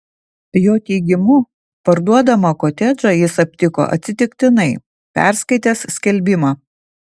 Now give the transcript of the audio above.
jo teigimu parduodamą kotedžą jis aptiko atsitiktinai perskaitęs skelbimą